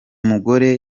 mugore